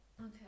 Okay